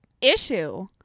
issue